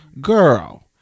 Girl